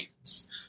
games